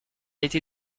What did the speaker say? été